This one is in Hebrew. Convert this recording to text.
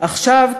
/ עכשיו,